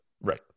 Right